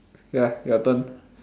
ya your turn